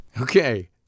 Okay